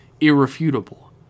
Irrefutable